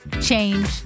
change